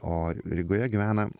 o rygoje gyvena